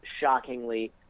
shockingly